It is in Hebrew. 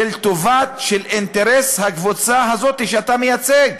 של טובת, של אינטרס הקבוצה הזאת שאתה מייצג,